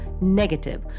negative